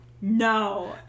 No